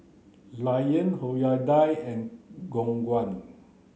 Lion Hyundai and Khong Guan